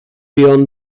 beyond